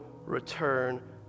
return